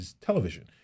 television